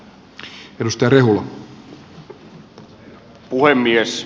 arvoisa herra puhemies